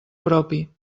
propi